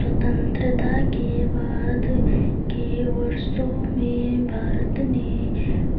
स्वतंत्रता के बाद के वर्षों में भारत ने